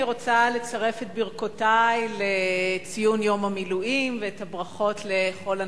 אני רוצה לצרף את ברכותי לציון יום המילואים ואת הברכות לכל הנוכחים.